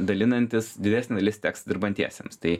dalinantis didesnė dalis teks dirbantiesiems tai